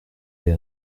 l’ai